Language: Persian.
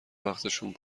وقتشون